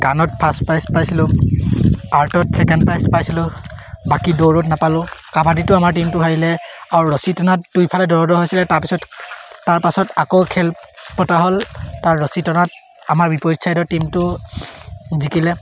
গানত first prize পাইছিলোঁ আৰ্টত ছেকেণ্ড প্ৰাইজ পাইছিলোঁ বাকী দৌৰত নাপালোঁ কাবাডীটো আমাৰ টীমটো হাৰিলে আৰু ৰছী টনাত দুয়োফালে ধৰোঁ ধৰোঁ হৈছিলে তাৰপিছত তাৰপাছত আকৌ খেল পতা হ'ল তাৰ ৰছী টনাত আমাৰ বিপৰীত চাইডৰ টীমটো জিকিলে